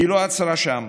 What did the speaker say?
היא לא עצרה שם: